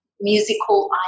musical